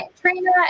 Trina